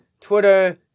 Twitter